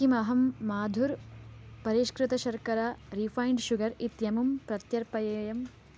किमहं माधुर् परिष्कृतशर्करा रीफ़ैण्ड् शुगर् इत्यमुं प्रत्यर्पयेयम्